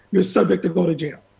you are subject to go to jail.